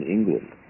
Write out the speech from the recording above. England